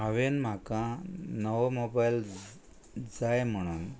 हांवें म्हाका नवो मोबायल जाय म्हणून